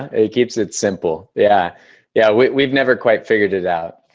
ah it it keeps it simple. yeah yeah. we've we've never quite figured it out.